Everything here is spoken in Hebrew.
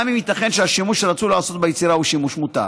גם אם ייתכן שהשימוש שרצו לעשות ביצירה הוא שימוש מותר.